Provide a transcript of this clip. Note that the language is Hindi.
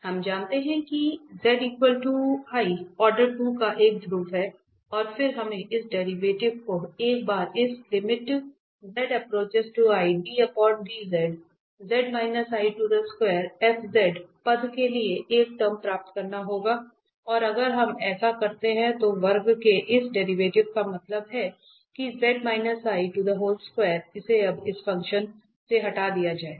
हम जानते हैं कि z i ऑर्डर 2 का एक ध्रुव है और फिर हमें इस डेरीवेटिव को एक बार इस पद के लिए एक टर्म प्राप्त करना होगा और अगर हम ऐसा करते हैं तो वर्ग के इस डेरीवेटिव का मतलब है कि इसे अब इस फंक्शन से हटा दिया जाएगा